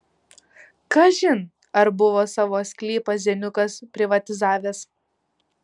kažin ar buvo savo sklypą zeniukas privatizavęs